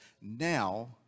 now